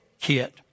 kit